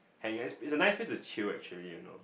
I guess it's a nice place to chill actually you know